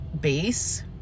base